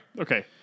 Okay